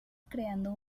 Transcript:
creando